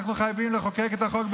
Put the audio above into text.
אנחנו חייבים לחוקק את החוק.